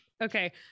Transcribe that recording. Okay